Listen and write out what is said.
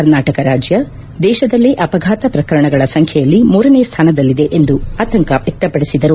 ಕರ್ನಾಟಕ ರಾಜ್ಯ ದೇಶದಲ್ಲೇ ಅಪಘಾತ ಪ್ರಕರಣಗಳ ಸಂಖ್ಯೆಯಲ್ಲಿ ಮೂರನೆ ಸ್ಥಾನದಲ್ಲಿದೆ ಎಂದು ಆತಂಕ ವ್ಯಕ್ತಪಡಿಸಿದರು